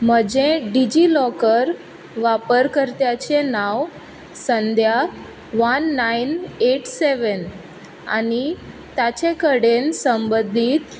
म्हजें डिजिलॉकर वापरकर्त्याचे नांव सद्या वन नायन एट सेवॅन आनी ताचे कडेन संबंदीत